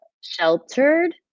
sheltered